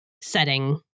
setting